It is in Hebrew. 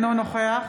אינו נוכח